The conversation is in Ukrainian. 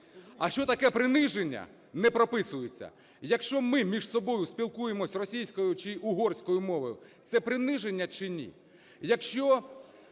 А що таке приниження, не прописується. Якщо ми між собою спілкуємося російською чи угорською мовами – це приниження чи ні?